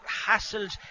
hassled